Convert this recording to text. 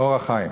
"אור החיים".